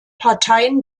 parteien